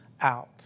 out